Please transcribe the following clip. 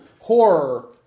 horror